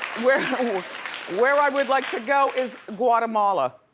where where i would like to go is guatemala,